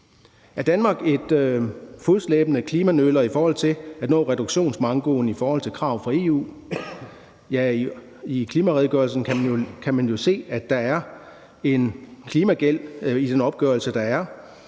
Er Danmark en fodslæbende klimanøler i at nå reduktionsmankoen i forhold til krav fra EU? I klimaredegørelsen kan man jo se, at der er en klimagæld i den opgørelse, der er,